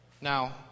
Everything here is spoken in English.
Now